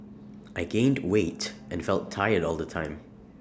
I gained weight and felt tired all the time